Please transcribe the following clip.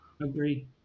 Agree